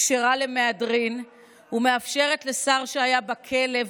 כנסת שהופכת את השחיתות כשרה למהדרין ומאפשרת לשר שהיה בכלא,